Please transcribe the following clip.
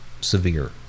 severe